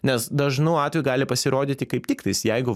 nes dažnu atveju gali pasirodyti kaip tiktais jeigu